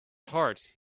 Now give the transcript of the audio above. heart